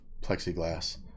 plexiglass